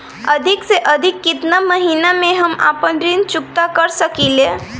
अधिक से अधिक केतना महीना में हम आपन ऋण चुकता कर सकी ले?